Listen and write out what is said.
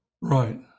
right